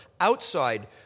outside